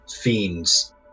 fiends